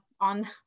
on